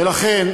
ולכן,